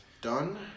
done